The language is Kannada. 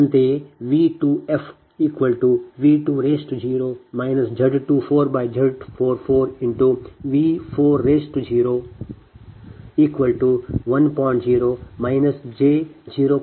u ಅದೇ ರೀತಿ ನಿಮ್ಮ V3fV30 Z34Z44V401